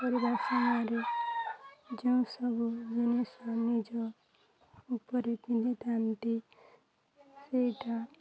କରିବା ସମୟରେ ଯେଉଁସବୁ ଜିନିଷ ନିଜ ଉପରେ ପିନ୍ଧିଥାନ୍ତି ସେଇଟା